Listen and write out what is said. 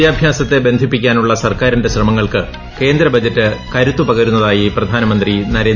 വിദ്യാഭ്യാസത്തെ ബന്ധിപ്പിക്കാനുള്ള സർക്കാരിന്റെ ശ്രമങ്ങൾക്ക് കേന്ദ്ര ബജറ്റ് കരുത്ത് പകരുന്നതായി പ്രധാനമന്ത്രി നരേന്ദ്രമോദി